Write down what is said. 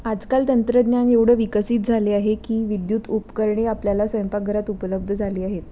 आजकाल तंत्रज्ञान एवढं विकसित झाले आहे की विद्युत उपकरणे आपल्याला स्वयंपाकघरात उपलब्ध झाले आहेत